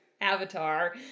avatar